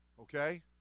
okay